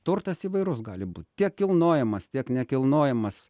turtas įvairus gali būti tiek kilnojamas tiek nekilnojamas